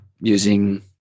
using